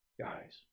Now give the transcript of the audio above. guys